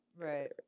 right